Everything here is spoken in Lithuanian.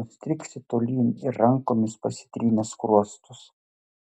nustriksi tolyn ir rankomis pasitrynė skruostus